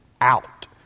out